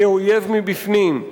כאויב מבפנים,